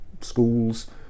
schools